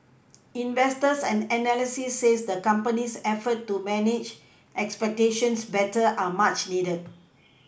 investors and analysts says the company's efforts to manage expectations better are much needed